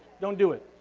don't do it.